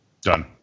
Done